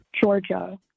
georgia